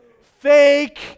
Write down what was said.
Fake